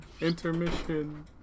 Intermission